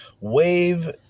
wave